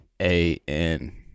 A-N